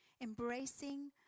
Embracing